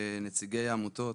נציגי העמותות.